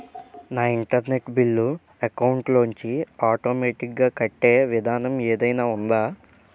నా internet bill account లోంచి automatic గా కట్టే విధానం ఏదైనా ఉందా?